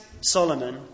Solomon